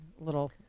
little